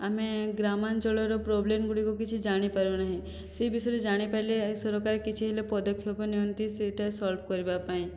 ଆମେ ଗ୍ରାମାଞ୍ଚଳର ପ୍ରୋବ୍ଲେମ୍ ଗୁଡ଼ିକ କିଛି ଜାଣିପାରୁନାହେଁ ସେହି ବିଷୟରେ ଜାଣିପାରିଲେ ସରକାର କିଛି ହେଲେ ପଦକ୍ଷେପ ନିଅନ୍ତି ସେହିଟା ସଲ୍ଭ କରିବା ପାଇଁ